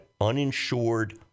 uninsured